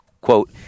quote